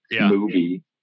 movie